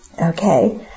Okay